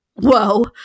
whoa